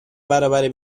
برابر